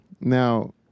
now